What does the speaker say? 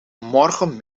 morgen